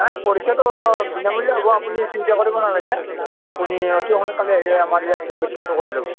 মানে পৰীক্ষাটো বিনামূলীয়া হ'ব আপুনি চিন্তা কৰিব নালাগে আপুনি অতি সোনকালে আহি আমাৰ ইয়াত পৰীক্ষাটো কৰি ল'ব